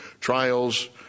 trials